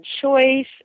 choice